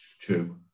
true